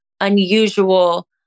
Unusual